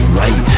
right